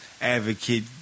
advocate